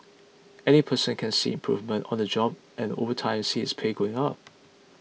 any person can see improvement on the job and over time see his pay going up